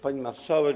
Pani Marszałek!